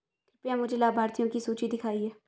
कृपया मुझे लाभार्थियों की सूची दिखाइए